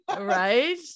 right